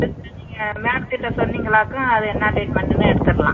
ஆ சரிங்க மேம்கிட்ட சொன்னீங்களாக்கும் அது என்ன ட்ரீட்மெண்ட்டுன்னு எடுத்துடலாம்